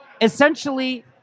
essentially